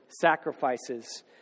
sacrifices